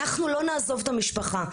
אנחנו לא נעזוב את המשפחה,